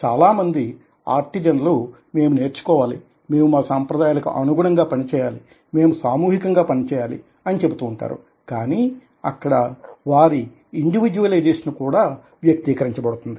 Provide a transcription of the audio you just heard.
చాలామంది ఆర్టిజన్ లు మేము నేర్చుకోవాలి మేము మా సంప్రదాయాలకు అనుగుణంగా పని చేయాలి మేము సామూహికంగా పని చేయాలి అని చెబుతూ ఉంటారు కానీ అక్కడ వారి ఇండివిడ్యువలైజేషన్ కూడా వ్యక్తీకరించబడుతుంది